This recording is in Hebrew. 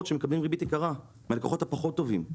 שמקבלים ריבית יקרה והלקוחות הפחות טובים.